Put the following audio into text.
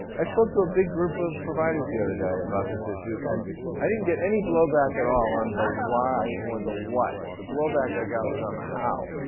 i spoke to a big group of providers the other day about this issue, and i didn't get any blowback at all on the why or the what. the blowback i got was on the how.